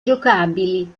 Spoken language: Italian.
giocabili